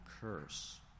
curse